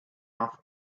off